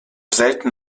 selten